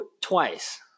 twice